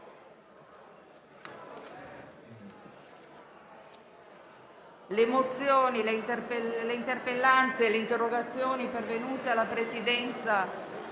Le mozioni, le interpellanze e le interrogazioni pervenute alla Presidenza,